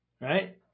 right